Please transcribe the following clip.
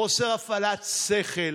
חוסר הפעלת שכל.